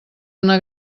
una